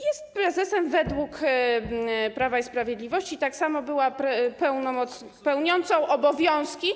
Jest prezesem według Prawa i Sprawiedliwości, tak samo była pełniącą obowiązki.